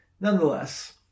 nonetheless